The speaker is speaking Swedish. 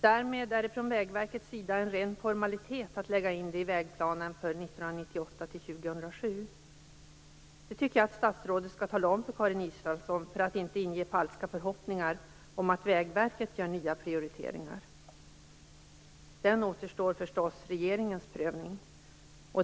Därmed är det för Vägverket en ren formalitet att lägga in det i vägplanen för 1998-2007. Det tycker jag att statsrådet skall tala om för Karin Israelsson, för att inte inge falska förhoppningar om att Vägverket gör nya prioriteringar. Sedan återstår förstås regeringens prövning.